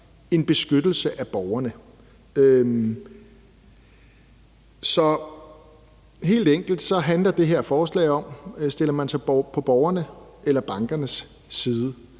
en beskyttelse af borgerne. Så helt enkelt handler det her forslag om, om man stiller sig på borgernes eller bankernes side.